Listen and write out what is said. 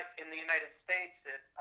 in the united states,